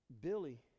Billy